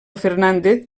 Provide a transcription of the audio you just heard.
fernández